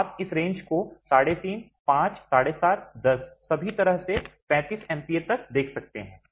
तो आप इस पूरी रेंज को 35 5 75 10 सभी तरह से 35 MPa तक देख सकते हैं